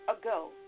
ago